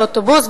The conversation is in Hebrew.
באוטובוס,